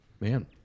Man